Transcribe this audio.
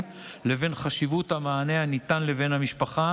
לבין חשיבות המענה הניתן לבן המשפחה,